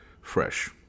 fresh